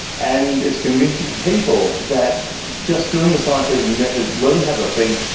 and it's convincing people that just doing the scientific method, learning how to think,